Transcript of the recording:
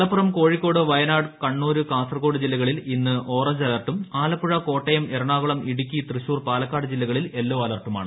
മലപ്പുറം കോഴിക്കോട് വയനാട് കണ്ണൂർ കാസർഗോഡ് ജില്ലകളിൽ ഇന്ന് ഓറഞ്ച് അലർട്ടും ആലപ്പുഴ കോട്ടയം എറണാകുളം ഇടുക്കി തൃശൂർ പാലക്കാട് ജില്ലകളിൽ ്യെല്ലോ അലർട്ടുമാണ്